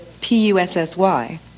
P-U-S-S-Y